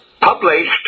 published